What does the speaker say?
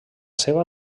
seva